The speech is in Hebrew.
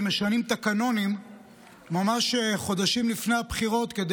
משנים תקנונים ממש חודשים לפני הבחירות כדי